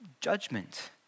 judgment